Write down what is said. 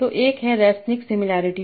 तो एक है रेसनिक सिमिलरिटी